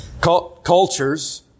Cultures